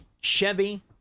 Chevy